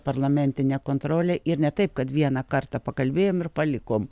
parlamentinę kontrolę ir ne taip kad vieną kartą pakalbėjom ir palikom